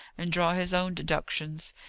and draw his own deductions.